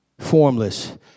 formless